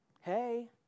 Hey